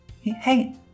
Hey